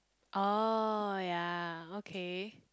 oh ya okay